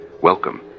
Welcome